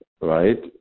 Right